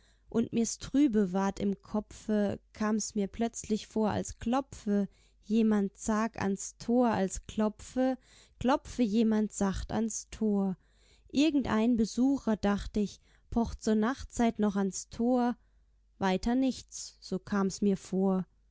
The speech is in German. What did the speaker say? und mir's trübe ward im kopfe kam mir's plötzlich vor als klopfe jemand zag ans tor als klopfe klopfe jemand sacht ans tor irgendein besucher dacht ich pocht zur nachtzeit noch ans tor weiter nichts so kam mir's vor